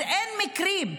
אז אין מקרים.